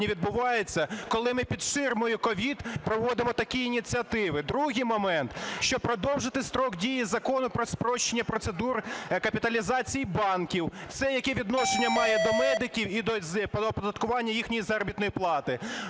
відбувається, коли ми під ширмою COVID проводимо такі ініціативи? Другий момент: що продовжити строк дії Закону про спрощення процедури капіталізації банків. Це яке відношення має до медиків і до оподаткування їхньої заробітної плати?